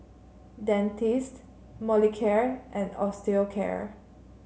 Dentiste Molicare and Osteocare